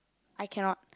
I cannot